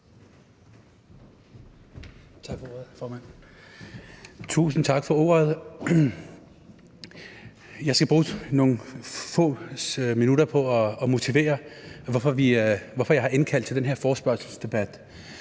Tusind tak for ordet. Jeg skal bruge nogle få minutter på at motivere, hvorfor vi har indkaldt til den her forespørgselsdebat.